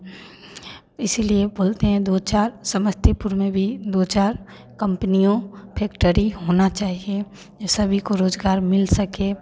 इसीलिए बोलते हैं दो चार समस्तीपुर में भी दो चार कम्पनियों फैक्ट्री होना चाहिए जो सभी को रोज़गार मिल सके